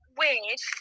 weird